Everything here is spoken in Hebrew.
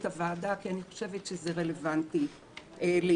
הוועדה כי אני חושבת שזה רלוונטי לענייננו.